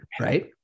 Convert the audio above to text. Right